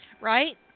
right